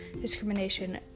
discrimination